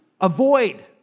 avoid